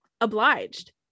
obliged